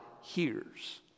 hears